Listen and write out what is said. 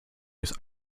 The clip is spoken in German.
ist